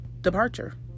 departure